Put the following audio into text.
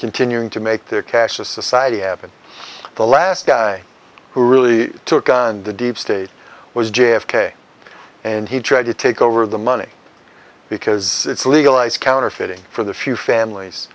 continuing to make their cash a society happen the last guy who really took on the deep state was j f k and he tried to take over the money because it's legalized counterfeiting for the few families